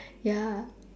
ya